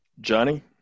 Johnny